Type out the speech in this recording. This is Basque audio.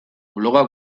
blogak